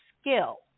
skill